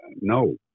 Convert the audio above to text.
no